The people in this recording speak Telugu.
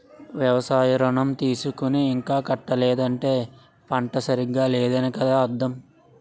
వ్యవసాయ ఋణం తీసుకుని ఇంకా కట్టలేదంటే పంట సరిగా లేదనే కదా అర్థం